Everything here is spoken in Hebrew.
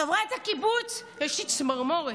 חברת הקיבוץ, יש לי צמרמורות,